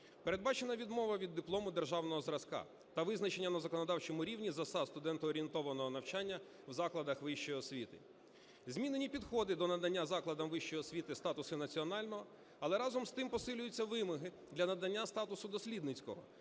Передбачена відмова від диплому державного зразка та визначення на законодавчому рівні засад студент-орієнтованого навчання в закладах вищої освіти. Змінені підходи до надання закладам вищої освіти статусу національного, але, разом з тим, посилюються вимоги для надання статусу дослідницького,